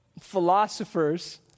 philosophers